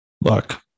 Look